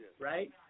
right